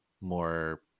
more